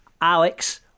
Alex